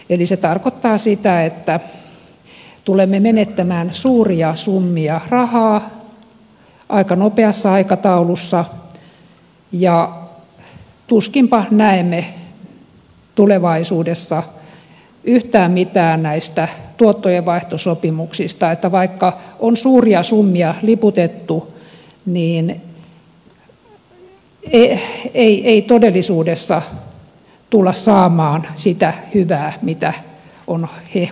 eli se tarkoittaa sitä että tulemme menettämään suuria summia rahaa aika nopeassa aikataulussa ja tuskinpa näemme tulevaisuudessa yhtään mitään näistä tuottojenvaihtosopimuksista niin että vaikka on suuria summia liputettu niin ei todellisuudessa tulla saamaan sitä hyvää mitä on hehkutettu